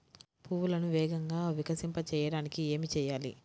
పువ్వులను వేగంగా వికసింపచేయటానికి ఏమి చేయాలి?